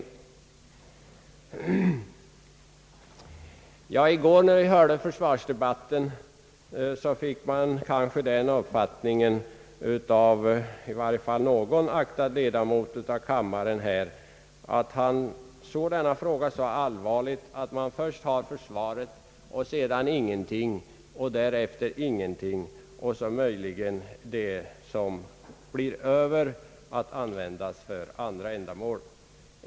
När man i går åhörde försvarsdebatten fick man den uppfattningen att i varje fall någon aktad ledamot av kammaren ansåg försvarsfrågan så allvarlig att han menade att försvaret kommer först, sedan ingenting och därefter ingenting. Vad som möjligen blivit över sedan detta tillgodosetts kunde användas för andra ändamål.